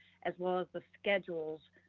as well as the schedules,